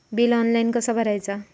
Bill online कसा भरायचा?